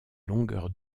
longueurs